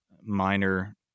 minor